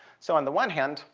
so on the one hand,